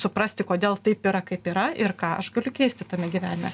suprasti kodėl taip yra kaip yra ir ką aš galiu keisti tame gyvenime